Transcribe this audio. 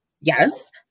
yes